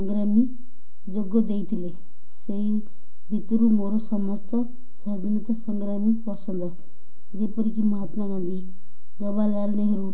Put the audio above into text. ସଂଗ୍ରାମୀ ଯୋଗ ଦେଇଥିଲେ ସେଇ ଭିତରୁ ମୋର ସମସ୍ତ ସ୍ୱାଧୀନତା ସଂଗ୍ରାମୀ ପସନ୍ଦ ଯେପରିକି ମହାତ୍ମା ଗାନ୍ଧୀ ଜବାହାରଲାଲ ନେହେରୁ